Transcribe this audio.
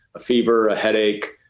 a fever, a headache,